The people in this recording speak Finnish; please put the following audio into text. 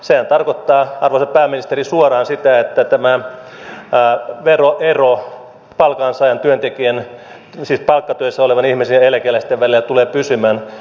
sehän tarkoittaa arvoisa pääministeri suoraan sitä että tämä veroero palkansaajan työntekijän siis palkkatyössä olevan ihmisen ja eläkeläisen välillä tulee pysymään